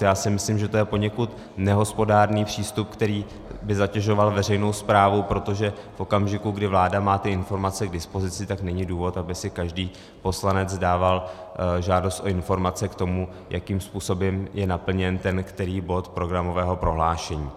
Já si myslím, že to je poněkud nehospodárný přístup, který by zatěžoval veřejnou správu, protože v okamžiku, kdy vláda má ty informace k dispozici, tak není důvod, aby si každý poslanec dával žádost o informace k tomu, jakým způsobem je naplněn ten který bod programového prohlášení.